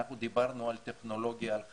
אנחנו דיברנו על טכנולוגיה, על חדשנות,